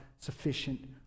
sufficient